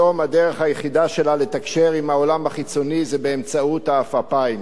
שלה לתקשר עם העולם החיצוני זה באמצעות העפעפיים.